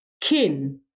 kin